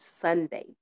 Sunday